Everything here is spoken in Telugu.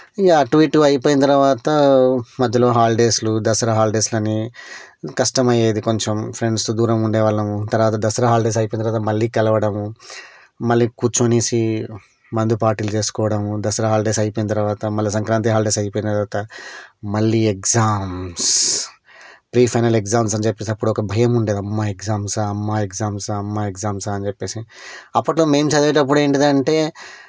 ఇక అటూ ఇటూ అయిపోయిన తరువాత మధ్యలో హాలిడేస్లు దసరా హాలిడేస్లని కష్టమయ్యేది కొంచెం ఫ్రెండ్స్ దూరంగా ఉండేవాళ్ళము తరువాత దసరా హాలిడేస్ అయిపోయిన తరువాత మళ్ళీ కలవడము మళ్ళీ కూర్చునేసి మందు పార్టీలు చేసుకోవడము దసరా హాలిడేస్ అయిపోయిన తరువాత మళ్ళీ సంక్రాంతి హాలిడేస్ అయిపోయిన తరువాత మళ్ళీ ఎగ్జామ్స్ ప్రీ ఫైనల్ ఎగ్జామ్స్ అని చెప్పేసి అప్పుడు ఒక భయం ఉండేది అమ్మా ఎగ్జామ్సా అమ్మా ఎగ్జామ్సా అమ్మా ఎగ్జామ్సా అని చెప్పేసి అప్పట్లో మేం చదివేటప్పుడు ఏంటంటే